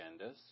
agendas